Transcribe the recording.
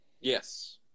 yes